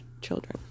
children